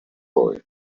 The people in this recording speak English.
boy